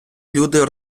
люди